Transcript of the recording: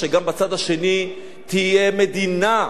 שגם בצד השני תהיה מדינה,